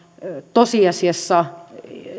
tosiasiassa